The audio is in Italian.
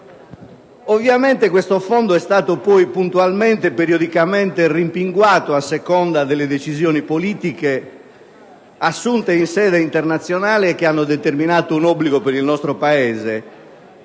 Ovviamente, questo fondo è stato puntualmente e periodicamente rimpinguato a seconda delle decisioni politiche assunte in sede internazionale, che hanno determinato obblighi per il nostro Paese.